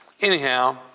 anyhow